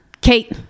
Kate